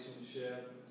relationship